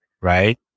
right